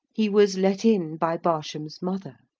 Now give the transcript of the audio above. he was let in by barsham's mother.